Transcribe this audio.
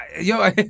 Yo